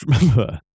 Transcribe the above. remember